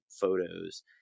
photos